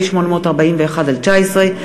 פ/841/19,